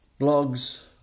blogs